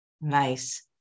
nice